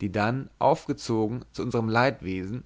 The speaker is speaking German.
die dann aufgezogen zu unserm leidwesen